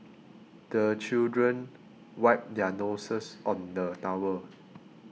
the children wipe their noses on the towel